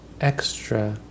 extra